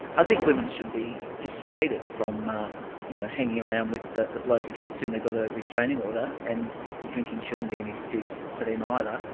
i think women should be dissuaded from ah yeah hanging around with the the bloke against whom they've got a restraining order and the drinking shouldn't be an excuse for them either.